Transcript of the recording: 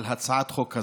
על הצעת החוק הזאת.